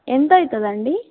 ఎంత అవుతుందండి